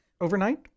overnight